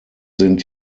sind